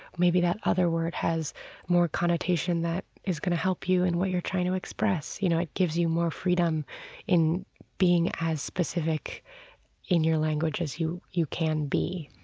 maybe that other word has more connotation that is going to help in what you're trying to express. you know, it gives you more freedom in being as specific in your language as you you can be,